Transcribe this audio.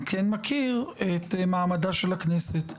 אני כן מכיר את מעמדה של הכנסת,